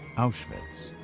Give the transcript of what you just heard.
auschwitz,